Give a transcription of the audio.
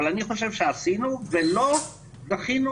אבל אני חושב שעשינו ולא זכינו